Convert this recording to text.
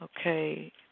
Okay